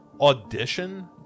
Audition